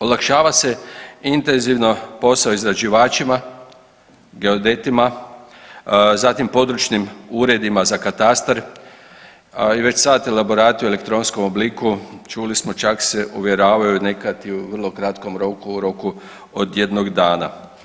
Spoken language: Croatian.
Olakšava se intenzivno posao izrađivačima geodetima zatim područnim uredima za katastar i već sad elaborati u elektronskom obliku čuli smo čak se ovjeravaju neka i u vrlo kratkom roku, u roku od 1 dana.